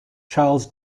charles